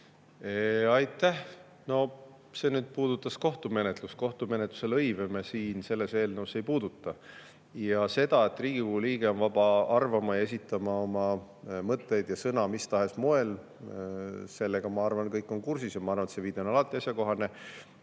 Aitäh! No see puudutas kohtumenetlust. Kohtumenetluse lõive me siin selles eelnõus ei puuduta. Sellega, et Riigikogu liige on vaba arvama ja esitama oma mõtteid ja sõna mis tahes moel, on kõik kursis. Ja ma arvan, et see viide on alati asjakohane.